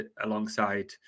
alongside